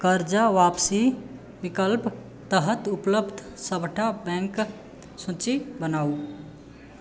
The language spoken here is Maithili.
कर्जा वापसी विकल्पके तहत उपलब्ध सभटा बैंकके सूची बनाउ